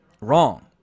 wrong